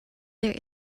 there